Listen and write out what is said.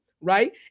right